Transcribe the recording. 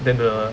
then the